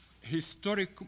historic